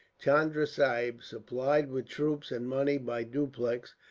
chunda sahib, supplied with troops and money by dupleix,